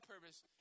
purpose